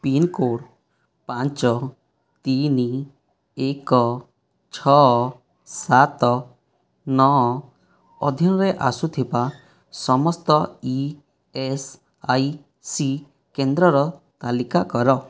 pincode ପାଞ୍ଚ ତିନି ଏକ ଛଅ ସାତ ନଅ ଅଧୀନରେ ଆସୁଥିବା ସମସ୍ତ ଇ ଏସ୍ ଆଇ ସି କେନ୍ଦ୍ରର ତାଲିକା କର